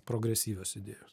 progresyvios idėjos